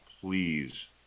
please